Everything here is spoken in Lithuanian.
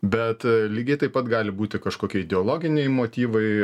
bet lygiai taip pat gali būti kažkokie ideologiniai motyvai